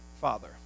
father